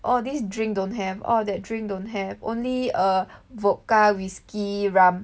oh this drink don't have oh that drink don't have only err vodka whiskey rum